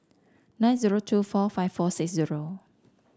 nine zero two four five four six zero